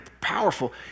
powerful